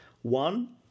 One